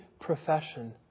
profession